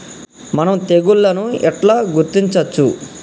మనం తెగుళ్లను ఎట్లా గుర్తించచ్చు?